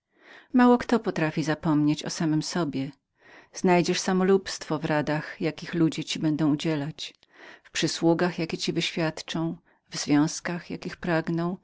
mało kto potrafi zapomnieć o samym sobie znajdziesz osobistość w radach jakie ludzie ci będą udzielać w przysługach jakie ci wyświadczą w związkach jakich pragną